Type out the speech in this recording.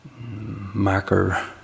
marker